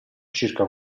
circa